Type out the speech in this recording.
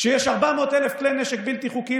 כשיש 400,000 כלי נשק בלתי חוקיים,